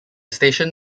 station